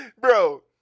bro